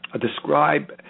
describe